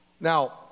Now